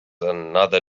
another